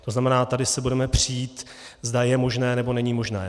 To znamená, tady se budeme přít, zda je možné, nebo není možné.